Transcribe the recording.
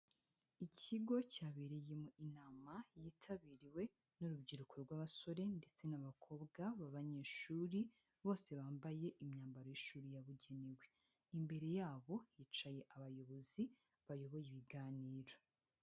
Ikigo cyabereyemo inama yitabiriwe n'urubyiruko rw'abasore, ndetse n'abakobwa b'abanyeshuri. Bose bambaye imyambaro y'ishuri yabugenewe. Imbere yabo hicaye abayobozi bayoboye ibiganiro.